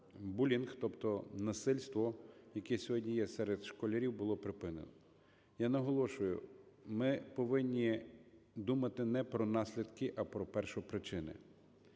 булінг, тобто насильство, яке сьогодні є серед школярів, було припинено. Я наголошую, ми повинні думати не про наслідки, а про першопричини.